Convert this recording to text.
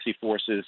forces